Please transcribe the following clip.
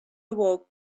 awoke